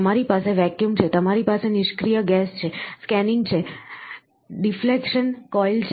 તમારી પાસે વેક્યુમ છે તમારી પાસે નિષ્ક્રિય ગેસ છે સ્કેનિંગ છે ડિફ્લેક્શન કોઇલ છે